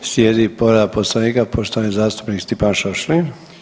Slijedi povreda Poslovnika poštovani zastupnik Stipan Šašlin.